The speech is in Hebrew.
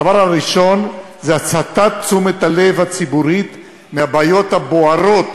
הדבר הראשון הוא הסטת תשומת הלב הציבורית מהבעיות הבוערות